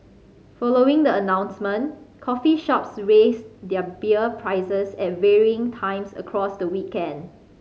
following the announcement coffee shops raised their beer prices at varying times across the weekend